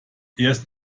erst